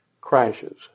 crashes